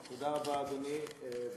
תודה רבה, אדוני.